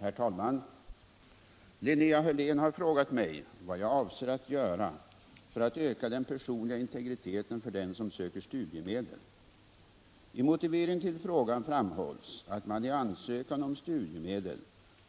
Herr talman! Linnea Hörlén har frågat mig vad jag avser att göra för att öka den personliga integriteten för den som söker studiemedel. I motiveringen till frågan framhålls att man i ansökan om studiemedel